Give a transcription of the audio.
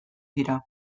dira